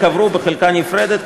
ייקברו בחלקה נפרדת,